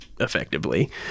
effectively